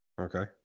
okay